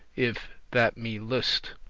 if that me list?